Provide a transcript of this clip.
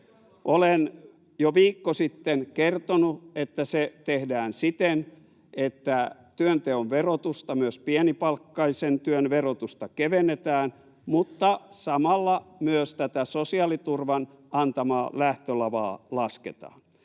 Olen jo viikko sitten kertonut, että se tehdään siten, että työnteon verotusta, myös pienipalkkaisen työn verotusta, kevennetään mutta samalla myös tätä sosiaaliturvan antamaa lähtölavaa lasketaan.